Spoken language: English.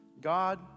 God